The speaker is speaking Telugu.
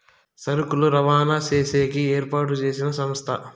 సరుకులు రవాణా చేసేకి ఏర్పాటు చేసిన సంస్థ